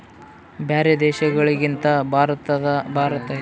ಬ್ಯಾರೆ ದೇಶಗಳಿಗಿಂತ ಭಾರತ ಬಾಳೆಹಣ್ಣು ಉತ್ಪಾದನೆ ಮಾಡದ್ರಲ್ಲಿ ಭಾಳ್ ಧೊಡ್ಡದಾಗ್ಯಾದ